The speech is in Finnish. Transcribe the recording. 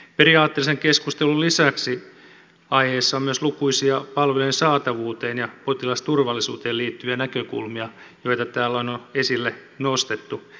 periaatteellisen keskustelun lisäksi aiheessa on myös lukuisia palvelujen saatavuuteen ja potilasturvallisuuteen liittyviä näkökulmia joita täällä on esille nostettu